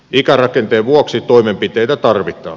ikärakenteen vuoksi toimenpiteitä tarvitaan